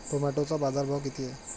टोमॅटोचा बाजारभाव किती आहे?